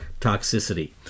toxicity